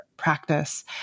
practice